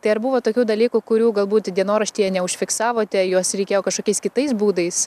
tai ar buvo tokių dalykų kurių galbūt dienoraštyje neužfiksavote juos reikėjo kažkokiais kitais būdais